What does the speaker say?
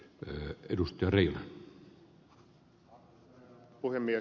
arvoisa herra puhemies